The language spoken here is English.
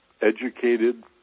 educated